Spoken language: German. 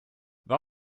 und